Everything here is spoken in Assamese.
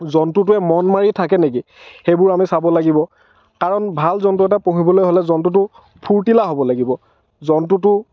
জন্তুটোৱে মন মাৰি থাকে নেকি সেইবোৰ আমি চাব লাগিব কাৰণ ভাল জন্তু এটা পুহিবলৈ হ'লে জন্তুটো ফূৰ্তিলা হ'ব লাগিব জন্তুটো